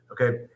Okay